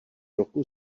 roku